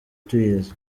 tuyizi